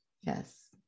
yes